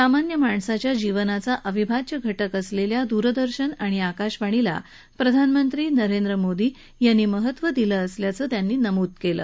सामान्य माणसाच्या जीवनाचा अविभाज्य घटक असलेल्या दूरदर्शन आणि आकाशवाणीला प्रधानमंत्री नरेंद्र मोदी यांनी महत्त्व दिलं असल्याचं त्यांनी नमूद केलं